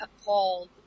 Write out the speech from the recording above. appalled